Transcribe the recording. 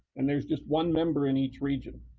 and there's just one member in each region.